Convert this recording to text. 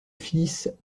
fils